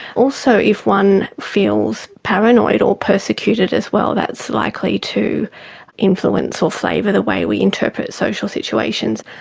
also if one feels paranoid or persecuted as well, that's likely to influence or flavour the way we interpret social situations.